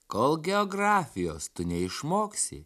kol geografijos tu neišmoksi